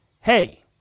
hey